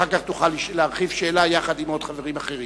אחר כך תוכל להרחיב ולשאול, יחד עם חברים אחרים.